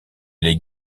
les